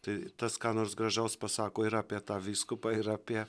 tai tas ką nors gražaus pasako ir apie tą vyskupą ir apie